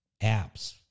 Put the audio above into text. apps